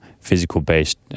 physical-based